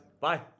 Bye